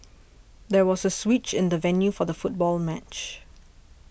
there was a switch in the venue for the football match